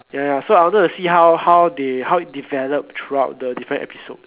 ya ya so I wanted to see how how they how develop throughout the different episode